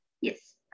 Yes